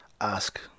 ask